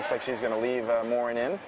it's like she's going to leave a morning